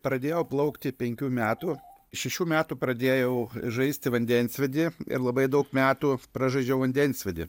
pradėjau plaukti penkių metų šešių metų pradėjau žaisti vandensvydį ir labai daug metų pražaidžiau vandensvydį